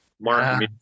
Mark